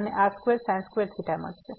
અને r2 મળશે